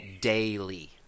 Daily